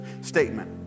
statement